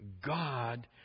God